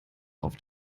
auf